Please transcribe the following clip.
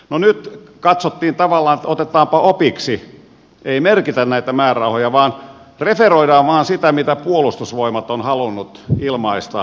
no nyt katsottiin tavallaan että otetaanpa opiksi ei merkitä näitä määrärahoja vaan referoidaan vain sitä mitä puolustusvoimat on halunnut ilmaista tarpeikseen